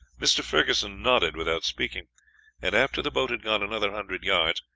mr. ferguson nodded without speaking and after the boat had gone another hundred yards,